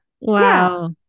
Wow